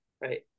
right